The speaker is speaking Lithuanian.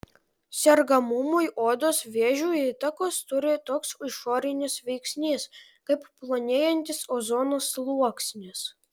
sergamumui odos vėžiu įtakos turi toks išorinis veiksnys kaip plonėjantis ozono sluoksnis